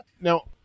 Now